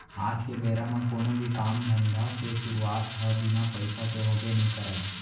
आज के बेरा म कोनो भी काम धंधा के सुरूवात ह बिना पइसा के होबे नइ करय